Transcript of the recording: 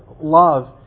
love